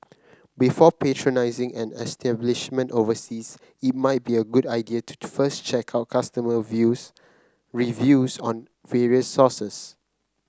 before patronising an establishment overseas it might be a good idea to first check out customer views reviews on various sources